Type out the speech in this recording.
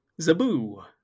zaboo